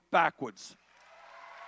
backwards